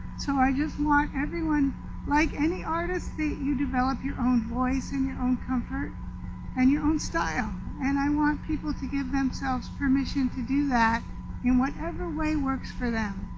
so i just want everyone like any artists that you develop your own voice in your own comfort and your own style. and i want people to give themselves permission to do that in whatever way works for them.